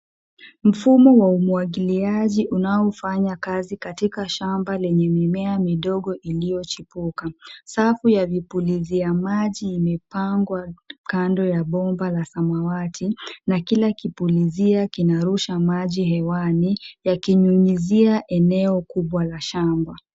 Mfumo wa umwagiliajiunaofanya kazi katika shamba lenye mimea midogo iliyochipuka. Safu ya vipuliziamaji imepangwa kando ya bomba la samawati na kila kipulizio kinarusha maji hewani yakinyunyizia eneo kubwa la shamba.